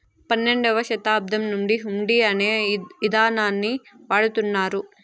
పన్నెండవ శతాబ్దం నుండి హుండీ అనే ఇదానాన్ని వాడుతున్నారు